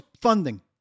funding